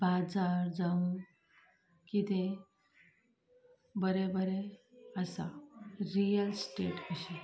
बाजार जावं कितें बरें बरें आसा रियल इस्टेट अशें